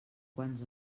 quants